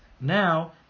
now